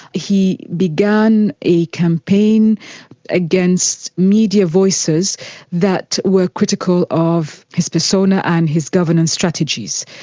he began a campaign against media voices that were critical of his persona and his governance strategies.